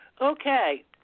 Okay